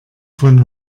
von